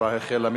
ההצבעה החלה.